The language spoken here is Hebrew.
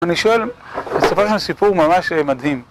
אני שואל, אספר לכם סיפור ממש מדהים